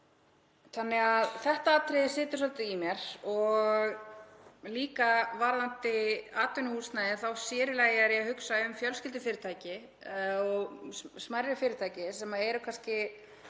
samfélag. Þetta atriði situr svolítið í mér og líka varðandi atvinnuhúsnæði. Þá er ég sér í lagi að hugsa um fjölskyldufyrirtæki og smærri fyrirtæki sem eru kannski